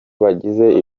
bagize